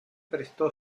prestó